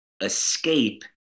escape